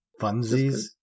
Funsies